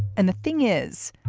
and the thing is,